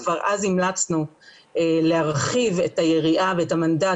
כבר אז המלצנו להרחיב את היריעה ואת המנדט